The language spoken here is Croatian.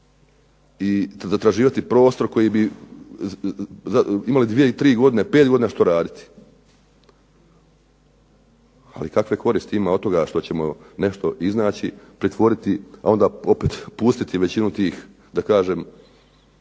i zatraživati prostor koji bi imali 2,3 godine, 5 godina što raditi. Ali kakve koristi ima od toga što ćemo nešto iznaći, pretvoriti, a onda opet pustiti većinu tih, da kažem,